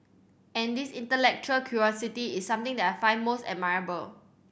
and this intellectual curiosity is something that I find most admirable